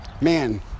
man